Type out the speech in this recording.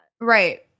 Right